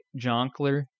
Jonkler-